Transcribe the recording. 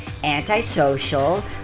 antisocial